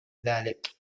ذلك